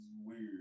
weird